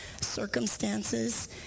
circumstances